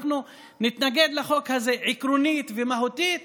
אנחנו נתנגד לחוק הזה עקרונית ומהותית,